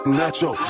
nacho